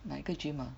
哪个 gym ah